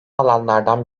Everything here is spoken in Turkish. alanlardan